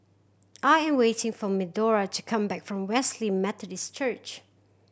I am waiting for Medora to come back from Wesley Methodist Church